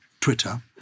Twitter